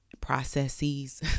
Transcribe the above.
processes